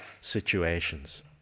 situations